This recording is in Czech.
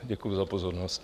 Děkuji za pozornost.